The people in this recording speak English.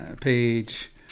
page